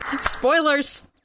Spoilers